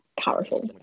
powerful